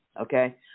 Okay